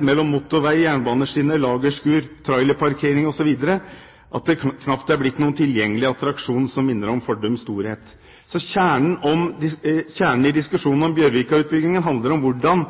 mellom motorvei, jernbaneskinner, lagerskur, trailerparkering osv. at det knapt er blitt noen tilgjengelig attraksjon som minner om fordums storhet. Så kjernen i diskusjonen om Bjørvika-utbyggingen handler om hvordan